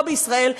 פה בישראל,